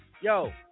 yo